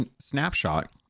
snapshot